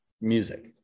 music